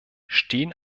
stehen